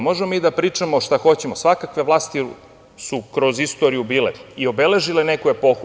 Možemo da pričamo šta hoćemo, svakakve vlasti su kroz istoriju bile i obeležile neku epohu.